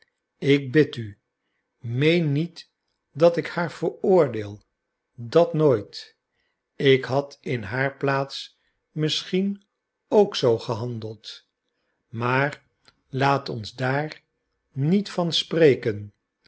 ik bid u meen niet dat ik haar veroordeel dat nooit ik had in haar plaats misschien ook zoo gehandeld maar laat ons daar niet van spreken